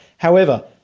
however,